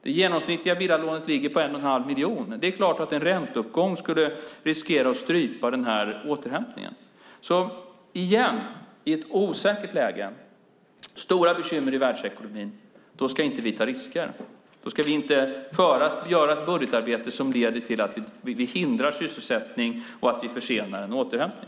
Det genomsnittliga villalånet ligger på 1 1⁄2 miljon, och en ränteuppgång skulle givetvis riskera att strypa återhämtningen. Återigen: I ett osäkert läge med stora bekymmer i världsekonomin ska vi inte ta risker. Då ska vi inte göra ett budgetarbete som leder till att vi hindrar sysselsättning och försenar en återhämtning.